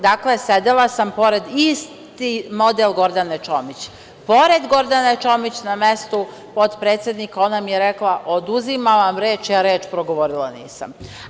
Dakle, sedela sam pored, isti model Gordane Čomić, pored Gordane Čomić na mestu potpredsednika i ona mi je rekla – oduzimam vam reč, a ja reč progovorila nisam.